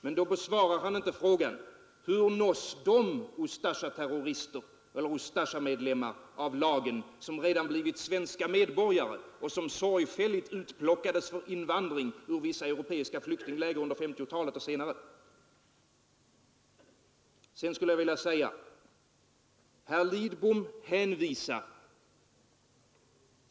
Men då besvarar han inte frågan: Hur nås de Ustasja-medlemmar av lagen som redan blivit svenska medborgare och som sorgfälligt utplockades för invandring ur vissa europeiska flyktingläger under 1950-talet och senare?